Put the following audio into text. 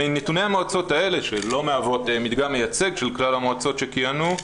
מנתוני המועצות האלה שלא מהוות מדגם מייצג של כלל המועצות שכיהנו,